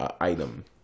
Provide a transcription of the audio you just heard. item